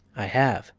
i have,